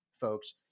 folks